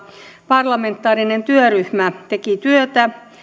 parlamentaarinen työryhmä teki työtä